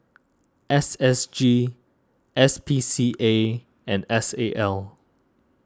S S G S P C A and S A L